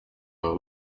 baba